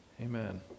amen